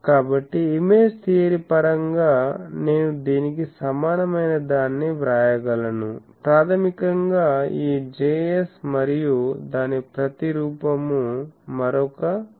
కాబట్టి image theory పరంగా నేను దీనికి సమానమైనదాన్ని వ్రాయగలను ప్రాథమికంగా ఈ Js మరియు దాని ప్రతి రూపము మరొక Js అవుతుంది